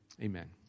Amen